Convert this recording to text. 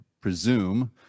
presume